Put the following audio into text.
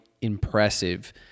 impressive